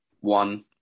one